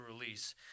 release